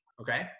okay